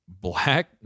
black